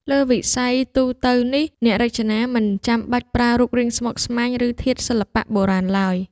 លើវិស័យរចនាទូទៅនេះ អ្នករចនាមិនចាំបាច់ប្រើរូបរាងស្មុគស្មាញ ឬធាតុសិល្បៈបុរាណ ឡើយ